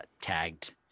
tagged